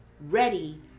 ready